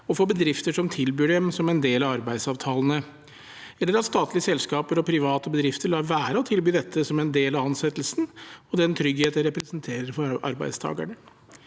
og for bedrifter som tilbyr dem som en del av arbeidsavtalene – eller at statlige selskaper og private bedrifter lar være å tilby dette som en del av ansettelsen, med den trygghet det representerer for arbeidstakerne.